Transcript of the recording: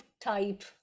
type